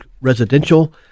residential